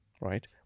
right